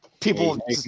people